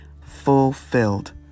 fulfilled